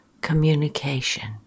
communication